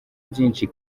byinshi